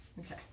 Okay